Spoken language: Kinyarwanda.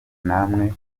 namwe